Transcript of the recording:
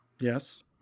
Yes